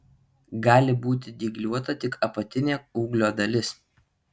gali būti dygliuota tik apatinė ūglio dalis